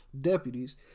deputies